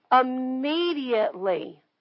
immediately